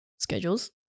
schedules